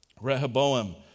Rehoboam